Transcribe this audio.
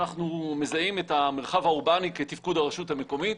אנחנו מזהים את המרחב האורבני כתפקוד הרשות המקומית.